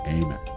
amen